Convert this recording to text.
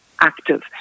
active